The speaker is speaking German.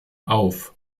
auf